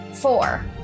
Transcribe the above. Four